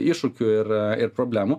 iššūkių ir ir problemų